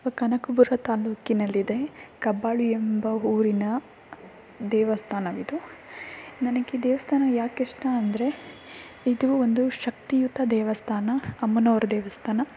ಕನಕಪುರ ತಾಲೂಕಿನಲ್ಲಿದೆ ಕಬ್ಬಾಳು ಎಂಬ ಊರಿನ ದೇವಸ್ಥಾನವಿದು ನನಗೆ ಈ ದೇವಸ್ಥಾನ ಯಾಕಿಷ್ಟ ಅಂದರೆ ಇದು ಒಂದು ಶಕ್ತಿಯುತ ದೇವಸ್ಥಾನ ಅಮ್ಮನೋರ ದೇವಸ್ಥಾನ